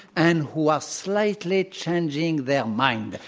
and who are slightly changing their mind.